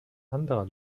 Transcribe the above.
anderer